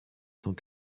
tant